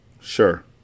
Sure